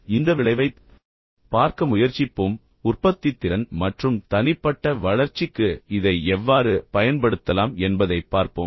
ஆனால் இந்த விளைவைப் பார்க்க முயற்சிப்போம் உற்பத்தித்திறன் மற்றும் தனிப்பட்ட வளர்ச்சிக்கு இதை எவ்வாறு பயன்படுத்தலாம் என்பதைப் பார்ப்போம்